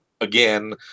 again